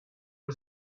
que